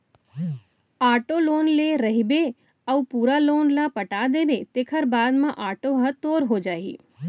auto loan ले रहिबे अउ पूरा लोन ल पटा देबे तेखर बाद म आटो ह तोर हो जाही